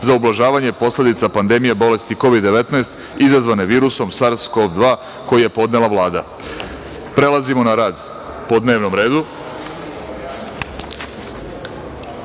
za ublažavanje posledica pandemije bolesti COVID-19 izazvane virusom SARS-CoV-2, koji je podnela Vlada. Prelazimo na rad po dnevnom